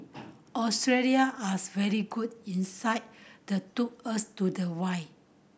Australia are very good in side the took us to the wire